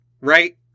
Right